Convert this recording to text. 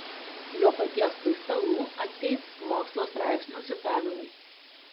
jo paties paistalų atseit mokslo straipsnių citavimai